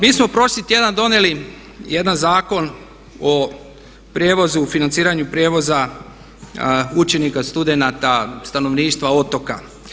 Mi smo prošli tjedan donijeli jedan Zakon o prijevozu, o financiranju prijevoza učenika, studenata, stanovništva otoka.